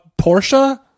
Porsche